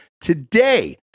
today